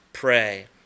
Pray